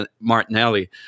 Martinelli